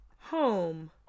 home